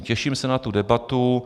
Těším se na tu debatu.